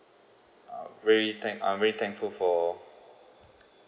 uh really thank I'm very thankful for